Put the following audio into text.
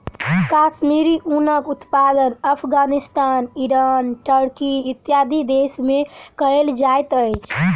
कश्मीरी ऊनक उत्पादन Afghanistan, Iran, Turkey, इत्यादि देश में कयल जाइत अछि